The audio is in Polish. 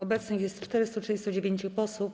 Obecnych jest 439 posłów.